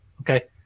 Okay